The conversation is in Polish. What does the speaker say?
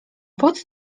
pod